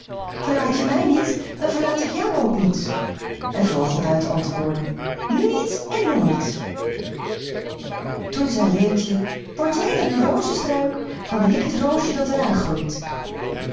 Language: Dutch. verlaat je mij niet dan verlaat ik jou ook niet en vogelbuit antwoordde nu niet en nooit toen zei leentje word jij dan een rozenstruik dan ben ik het roosje dat er aan groeit